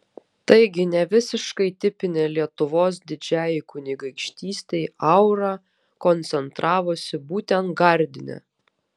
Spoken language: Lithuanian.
taigi ne visiškai tipinė lietuvos didžiajai kunigaikštystei aura koncentravosi būtent gardine